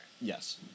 Yes